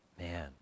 Man